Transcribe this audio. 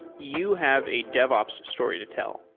you have a devops story to tell,